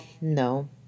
No